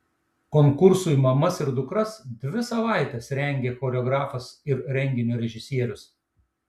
konkursui mamas ir dukras dvi savaites rengė choreografas ir renginio režisierius